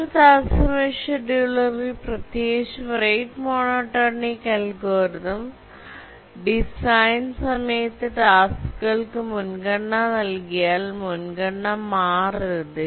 ഒരു തത്സമയ ഷെഡ്യൂളറിൽscheduler0 പ്രത്യേകിച്ചും റേറ്റ് മോണോടോണിക് അൽഗോരിതം ഡിസൈൻ സമയത്ത് ടാസ്ക്കുകൾക്ക് മുൻഗണനകൾ നൽകിയാൽ മുൻഗണന മാറരുത്